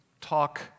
talk